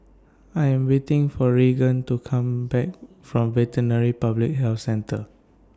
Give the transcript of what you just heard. I Am waiting For Regan to Come Back from Veterinary Public Health Centre